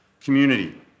community